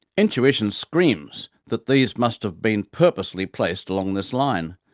intuition screams that these must have been purposely placed along this line,